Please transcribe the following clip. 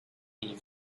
lived